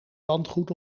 landgoed